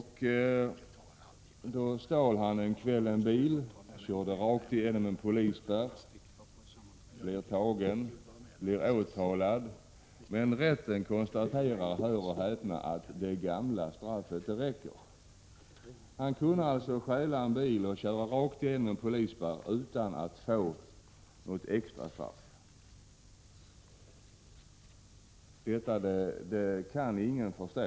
Han stal då en kväll en bil, körde igenom en polisspärr, blev tagen och åtalad, men rätten konstaterade — hör och häpna — att det gamla straffet räckte! Han kunde alltså stjäla en bil och köra igenom en polisspärr utan att få ytterligare straff. Det riktiga i detta kan ingen förstå.